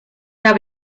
hab